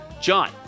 John